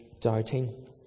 doubting